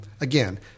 Again